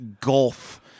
gulf